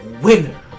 winner